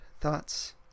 thoughts